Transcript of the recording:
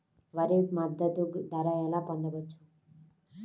వరి మద్దతు ధర ఎలా పొందవచ్చు?